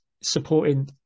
supporting